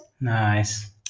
Nice